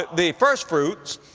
the firstfruits,